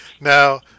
Now